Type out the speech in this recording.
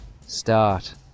start